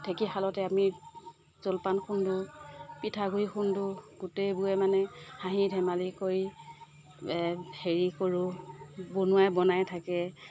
ঢেঁকীশালতে আমি জলপান খুন্দোঁ পিঠাগুৰি খুন্দোঁ গোটেইবোৰে মানে হাঁহি ধেমালি কৰি হেৰি কৰোঁ বনোৱাই বনাই থাকে